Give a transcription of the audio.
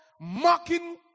mocking